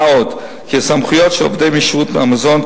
מה גם שהסמכויות של עובדי שירות המזון,